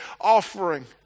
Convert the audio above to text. offering